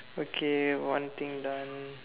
okay one thing done